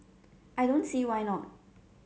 I don't see why not